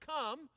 come